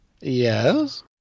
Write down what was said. yes